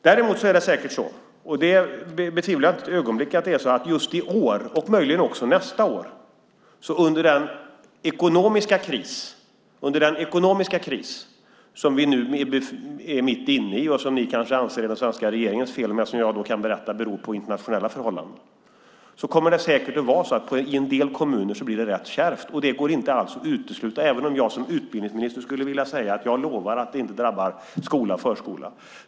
Däremot just i år - det betvivlar jag inte ett ögonblick - och möjligen även nästa år kommer det under den ekonomiska kris som vi nu är mitt inne i, och som ni kanske anser är den svenska regeringens fel men som jag kan berätta beror på internationella förhållanden, att vara rätt kärvt i en del kommuner. Det går inte alls att utesluta det, även om jag som utbildningsminister skulle vilja säga att jag lovar att det inte drabbar förskola och skola.